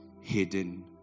hidden